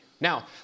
Now